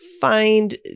find